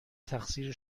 تقصیر